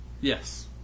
Yes